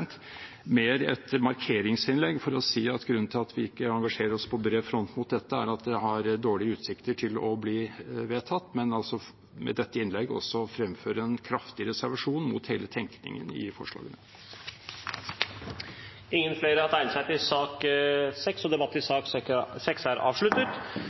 Dette er mer et markeringsinnlegg for å si at grunnen til at vi ikke engasjerer oss på bred front mot dette, er at det har dårlige utsikter til å bli vedtatt, men jeg vil med dette innlegget også fremføre en kraftig reservasjon mot hele tenkningen i forslagene. Flere har ikke bedt om ordet til sak nr. 6. Vi har til behandling et forslag om endring i